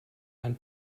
ein